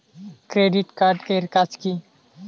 Credit card এর কাজ কি?